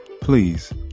please